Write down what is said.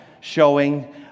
showing